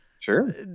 Sure